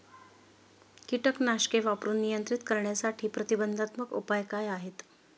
कीटकनाशके वापरून नियंत्रित करण्यासाठी प्रतिबंधात्मक उपाय काय आहेत?